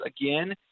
again